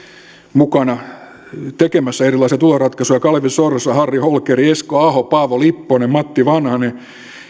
mukana tekemässä erilaisia tuloratkaisuja kalevi sorsan harri holkerin esko ahon paavo lipposen matti vanhasen